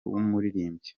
w’umuririmbyi